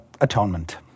Atonement